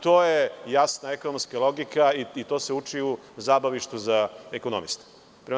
To je jasna ekonomska logika i to se uči u zabavištu za ekonomiste.